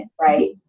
right